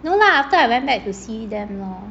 no lah after I went back to see them lor